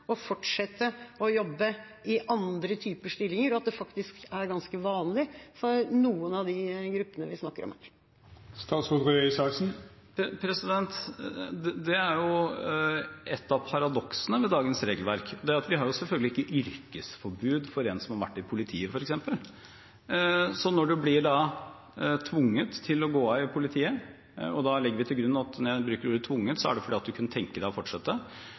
å fortsette å jobbe i andre typer stillinger, at det faktisk er ganske vanlig for noen av de gruppene vi snakker om. Det er et av paradoksene ved dagens regelverk. Vi har selvfølgelig ikke yrkesforbud for en som har vært i f.eks. politiet. Når man blir tvunget til å gå av i politiet – og da legger vi til grunn at når jeg bruket ordet «tvunget», er det fordi man kunne tenke seg å fortsette